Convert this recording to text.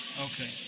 Okay